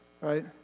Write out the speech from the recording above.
right